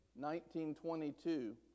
1922